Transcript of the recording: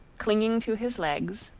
clinging to his legs,